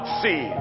see